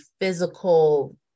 physical